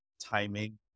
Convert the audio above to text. Timing